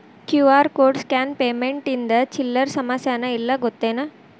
QR code scan payment ಇಂದ ಚಿಲ್ಲರ್ ಸಮಸ್ಯಾನ ಇಲ್ಲ ಗೊತ್ತೇನ್?